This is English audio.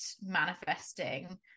manifesting